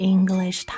English